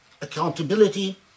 accountability